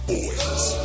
Boys